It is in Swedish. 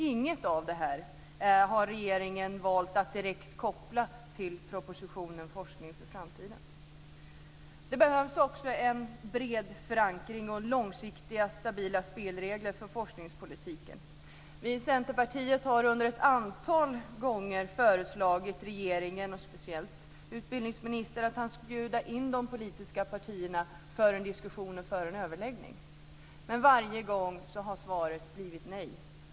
Inget av detta har regeringen valt att direkt koppla till propositionen Det behövs också en bred förankring och långsiktiga, stabila spelregler för forskningspolitiken. Vi i Centerpartiet har ett antal gånger föreslagit regeringen, och speciellt utbildningsministern, att han ska bjuda in de politiska partierna till överläggning. Men varje gång har svaret blivit nej.